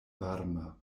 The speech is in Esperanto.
varma